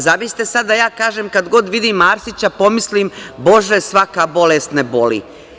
Zamislite da sad ja kažem kad god vidim Arsića pomislim, Bože svaka bolest me boli.